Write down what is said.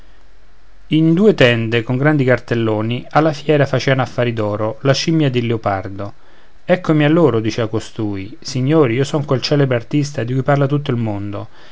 in due tende con grandi cartelloni alla fiera faceano affari d'oro la scimmia e il leopardo eccomi a loro dicea costui signori io son quel celebre artista di cui parla tutto il mondo